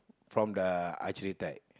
from the archery tag